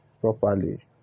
properly